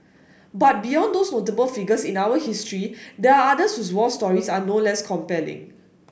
but beyond these notable figures in our history there are others whose war stories are no less compelling